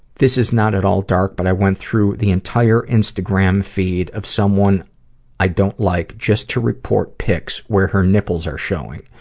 this is not at all dark, but i went through the entire instagram feed of someone i don't like, just to report pics where her nipples are showing.